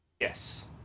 Yes